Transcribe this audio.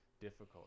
difficult